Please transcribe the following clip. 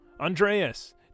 Andreas